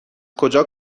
کجا